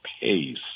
pace